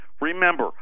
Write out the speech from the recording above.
remember